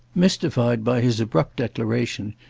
mystified by his abrupt declaration,